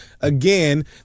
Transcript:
again